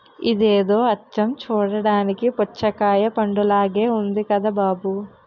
ఇదేదో అచ్చం చూడ్డానికి పుచ్చకాయ పండులాగే ఉంది కదా బాబూ